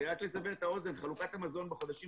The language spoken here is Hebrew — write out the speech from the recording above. רק לסבר את האוזן חלוקת המזון בחודשים